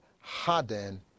harden